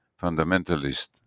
fundamentalist